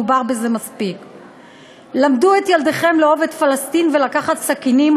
דובר בזה מספיק: למדו את ילדיכם לאהוב את פלסטין ולקחת סכינים,